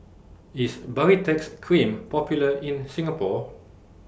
IS Baritex Cream Popular in Singapore